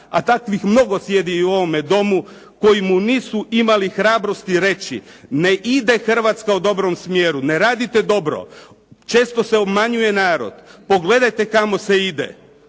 a takvih mnogo sjedi i u ovome Domu koji mu nisu imali hrabrosti reći ne ide Hrvatska u dobrom smjeru, ne radite dobro. Često se obmanjuje narod. Pogledajte kamo se ide.